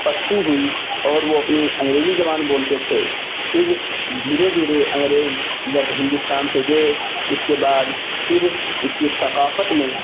پستی ہوئی اور وہ اپنی انگریزی زبان بولتے تھے پھر دھیرے دھیرے انگریز جب ہندوستان سے گئے اس کے بعد پھر اس کی ثقافت میں